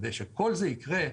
כדי שכל זה יקרה,